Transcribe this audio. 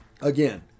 Again